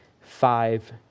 five